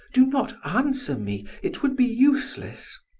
do not answer me, it would be useless.